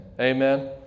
Amen